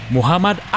Muhammad